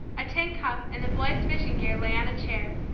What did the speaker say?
a tin cup and the boys' fishing-gear lay on a chair.